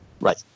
Right